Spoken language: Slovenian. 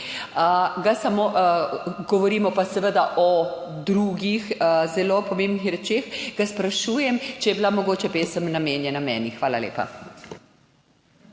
ga samo, govorimo pa seveda o drugih zelo pomembnih rečeh, ga sprašujem, če je bila mogoče pesem namenjena meni? Hvala lepa.